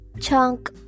chunk